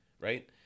Right